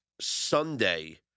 Sunday